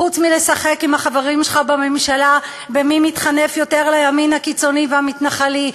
חוץ מלשחק עם החברים שלך בממשלה במי מתחנף יותר לימין הקיצוני והמתנחלי?